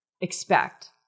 Expect